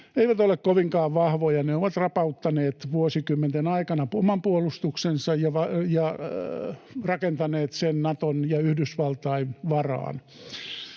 eivät ole kovinkaan vahvoja. Ne ovat rapauttaneet vuosikymmenten aikana oman puolustuksensa ja rakentaneet sen Naton ja Yhdysvaltain varaan.